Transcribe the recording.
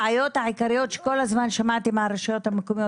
העיקריות שכל הזמן שמעתי מהרשויות המקומיות